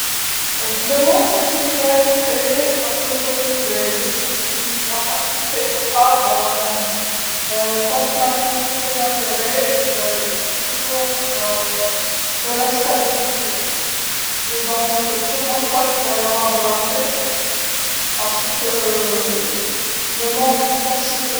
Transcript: العالم منذ خلقه كان يعاني دائمًا من الصراعات، فلا يوجد سلام كامل في العالم. طالما هناك تضارب مصالح هناك دائما عدم استقرار ولذا لا أعتقد أنه سيكون هناك سلام، لأن العالم يتنفس.